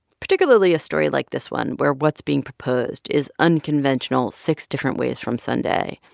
particularly a story like this one, where what's being proposed is unconventional six different ways from sunday,